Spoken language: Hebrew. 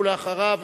ואחריו,